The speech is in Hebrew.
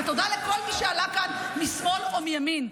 ותודה לכל מי שעלה לכאן משמאל או מימין: